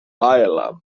island